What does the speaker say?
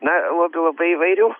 na lobių labai įvairių